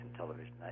television